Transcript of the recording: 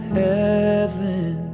heaven